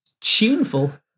Tuneful